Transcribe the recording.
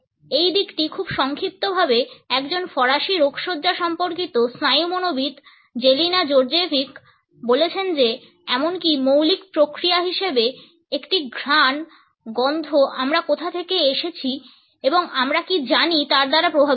এই দিকটি খুব সংক্ষিপ্তভাবে একজন ফরাসি রোগশয্যা সম্পর্কিত স্নায়ুমনোবিদ্ জেলেনা জোর্দজেভিক বলেছেন যে এমনকি মৌলিক প্রক্রিয়া হিসেবে একটি ঘ্রাণ গন্ধ আমরা কোথা থেকে এসেছি এবং আমরা কী জানি তার দ্বারা প্রভাবিত হয়